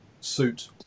suit